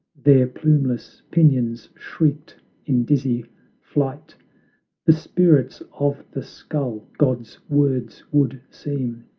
their plumeless pinions shrieked in dizzy flight the spirits of the skull god's words would seem,